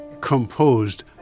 composed